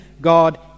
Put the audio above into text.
God